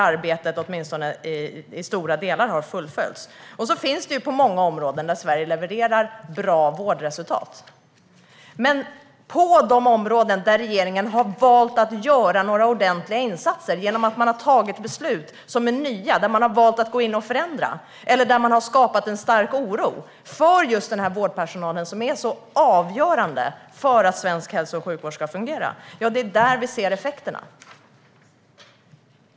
Arbetet har åtminstone i stora delar fullföljts. Och Sverige levererar bra vårdresultat på många områden. Men det finns områden där regeringen har valt att göra ordentliga insatser genom att man har tagit nya beslut. Det finns områden där man har valt att gå in och förändra, eller där man har skapat en stark oro hos just den vårdpersonal som är avgörande för att svensk hälso och sjukvård ska fungera. Ja, det är där vi ser effekterna.